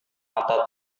mata